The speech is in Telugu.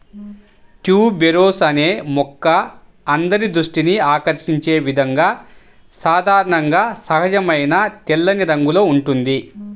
ట్యూబెరోస్ అనే మొక్క అందరి దృష్టిని ఆకర్షించే విధంగా సాధారణంగా సహజమైన తెల్లని రంగులో ఉంటుంది